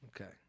Okay